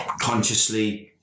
consciously